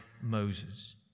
Moses